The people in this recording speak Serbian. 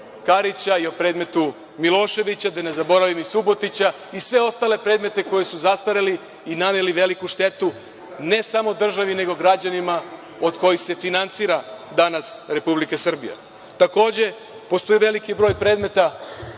Karića i o predmetu Miloševića, da ne zaboravim i Subotića i sve ostale predmete koji su zastareli i naneli veliku štetu ne samo državi, nego građanima od kojih se finansira danas Republika Srbija. Takođe, postoji veliki broj predmeta